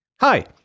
Hi